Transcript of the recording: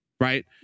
right